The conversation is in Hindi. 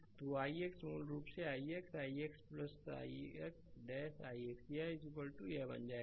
तो ix मूल रूप से ix ix ix 'ix यह बन जाएगा